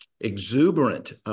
exuberant